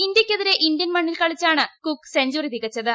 ഇന്ത്യയ്ക്കെതിരെ Indian മണ്ണിൽ കളിച്ചാണ് Cook century തികച്ചത്